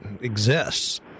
exists